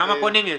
כמה פונים יש?